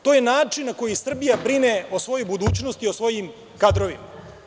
To je način na koji Srbija brine o svojoj budućnosti, o svojim kadrovima.